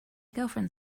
girlfriend